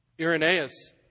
Irenaeus